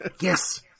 Yes